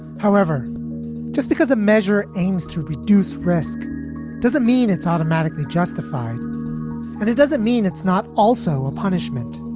however just because a measure aims to reduce risk doesn't mean it's automatically justified but it doesn't mean it's not also a punishment